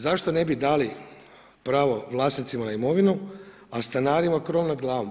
Zašto ne bi dali pravo vlasnicima na imovinu, a stanarima krov nad glavom?